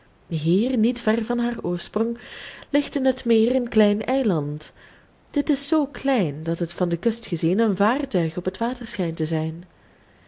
hier niet ver van haar oorsprong ligt in het meer een klein eiland dit is zoo klein dat het van de kust gezien een vaartuig op het water schijnt te zijn